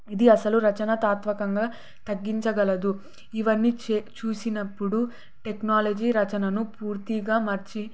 ఇది అసలు రచనతాత్వకంగా తగ్గించగలదు ఇవన్నీ చూసినప్పుడు టెక్నాలజీ రచనను పూర్తిగా మర్చి